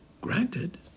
Granted